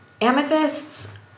Amethysts